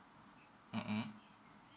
mmhmm